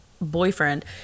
boyfriend